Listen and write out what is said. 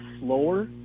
slower